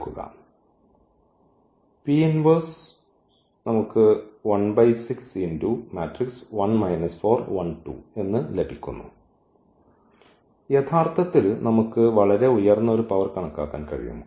എടുക്കുക അതിനാൽ യഥാർത്ഥത്തിൽ നമുക്ക് വളരെ ഉയർന്ന ഒരു പവർ കണക്കാക്കാൻ കഴിയും